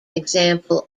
example